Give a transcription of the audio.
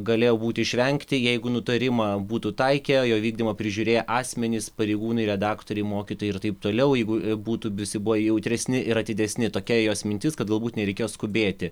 galėjo būti išvengti jeigu nutarimą būtų taikę jo vykdymą prižiūrėję asmenys pareigūnai redaktoriai mokytojai ir taip toliau jeigu būtų visi buvę jautresni ir atidesni tokia jos mintis kad galbūt nereikėjo skubėti